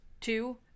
Two